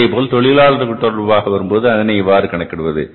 அதேபோல் தொழிலாளர் தொடர்பாக வரும்போது அதனை எவ்வாறு கணக்கிடுவது